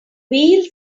wheels